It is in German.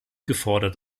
gefordert